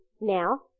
now